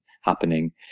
happening